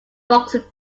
boxing